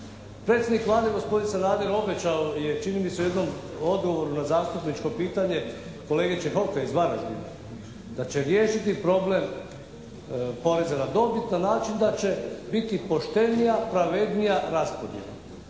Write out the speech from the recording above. Predsjednik Vlade gospodin Sanader obećao je, čini mi se, u jednom odgovoru na zastupničko pitanje kolege Čehoka iz Varaždina da će riješiti problem poreza na dobit na način da će biti poštenija, pravednija raspodjela.